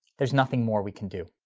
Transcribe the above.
there's nothing more we can do.